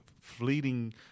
fleeting